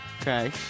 Okay